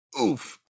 oof